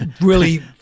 really-